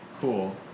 cool